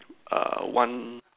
err one